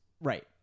Right